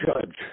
judge